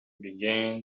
began